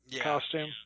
costume